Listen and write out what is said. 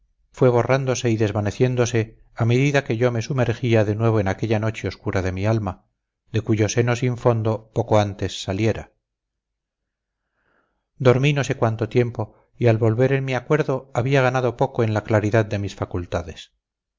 fue borrándose y desvaneciéndose a medida que yo me sumergía de nuevo en aquella noche oscura de mi alma de cuyo seno sin fondo poco antes saliera dormí no sé cuánto tiempo y al volver en mi acuerdo había ganado poco en la claridad de mis facultades